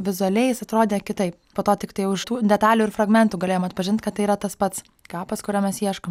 vizualiai jis atrodė kitaip po to tiktai už tų detalių ir fragmentų galėjom atpažint kad tai yra tas pats kapas kurio mes ieškom